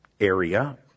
area